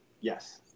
Yes